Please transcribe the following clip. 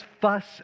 fuss